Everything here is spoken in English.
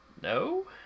No